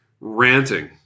ranting